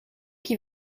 qui